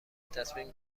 تصمیم